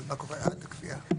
מה קורה עד הקביעה?